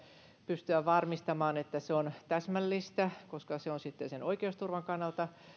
pystyä varmistamaan se että se on täsmällistä koska se on sitten sen oikeusturvan kannalta